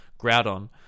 Groudon